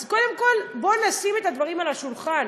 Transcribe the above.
אז קודם כול בוא נשים את הדברים על השולחן: